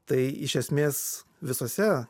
tai iš esmės visose